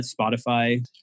Spotify